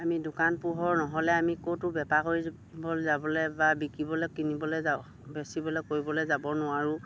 আমি দোকান পোহৰ নহ'লে আমি ক'তটো বেপাৰ কৰিব যাবলে বা বিকিবলে কিনিবলে যাওঁ বেচিবলে কৰিবলে যাব নোৱাৰোঁ